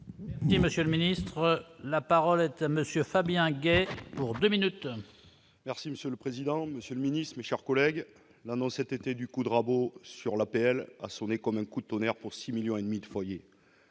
vous. Monsieur le ministre, la parole est à monsieur Fabien Guez pour 2 minutes. Merci monsieur le président, Monsieur le Ministre, mes chers collègues, l'annonce était du coup de rabot sur l'APL a sonné comme un coup de tonnerre pour 6 millions et demi de foyers